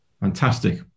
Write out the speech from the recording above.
fantastic